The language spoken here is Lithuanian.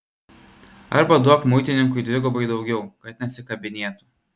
arba duok muitininkui dvigubai daugiau kad nesikabinėtų